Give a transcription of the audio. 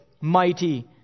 mighty